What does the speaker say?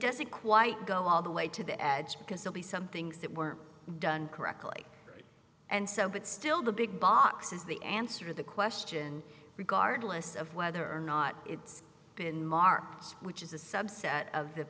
doesn't quite go all the way to the edge because they'll be some things that weren't done correctly and so but still the big boxes the answer the question regardless of whether or not it's been markets which is a subset of the